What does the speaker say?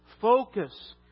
Focus